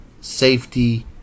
safety